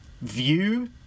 view